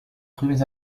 premiers